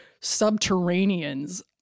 subterraneans